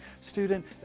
student